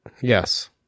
Yes